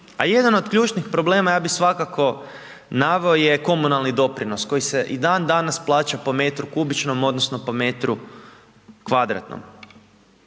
A jedan od ključnih problema ja bi svakako naveo, je komunalni doprinos, koji se i dan danas plaća po metru kubičnom, odnosno, po metru kvadratnom.